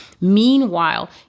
meanwhile